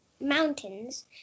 mountains